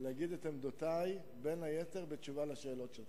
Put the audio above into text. להביא את עמדותי, בין היתר בתשובה על השאלות שלך.